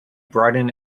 brighten